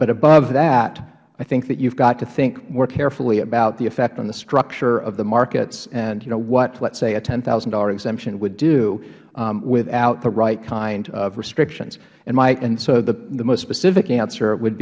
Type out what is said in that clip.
but above that i think that you've got to think more carefully about the effect on the structure of the markets and you know and what let's say a ten thousand dollars exemption would do without the right kind of restrictions and myh and so the most specific answer would